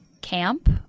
camp